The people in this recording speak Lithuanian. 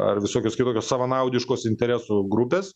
ar visokios kitokios savanaudiškos interesų grupės